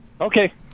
Okay